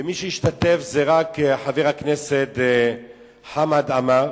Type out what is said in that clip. ומי שהשתתף זה רק חבר הכנסת חמד עמאר.